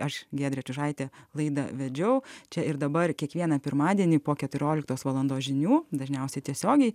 aš giedrė čiužaitė laidą vedžiau čia ir dabar kiekvieną pirmadienį po keturioliktos valandos žinių dažniausiai tiesiogiai